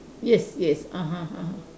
yes yes (uh huh) (uh huh)